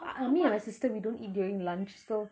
me and my sister we don't eat during lunch so